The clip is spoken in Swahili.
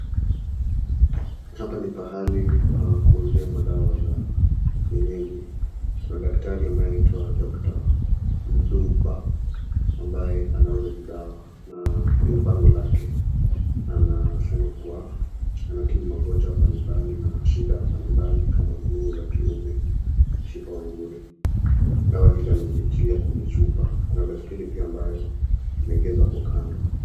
Hapa ni mahali pa kuuzia madawa ya kienyeji. Kuna daktari ambaye anaitwa Dr.Ndumba ambaye anauza hizi dawa na kwenye bango lake anasema kuwa anatibu magonjwa mbalimbali na shida mbalimbali kama nguvu za kiume, mishipa ya nguvu dawa hizi amezitilia kwenye chupa kuna baiskeli ambayo imeegeshwa hapo kando.